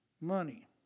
Money